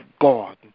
God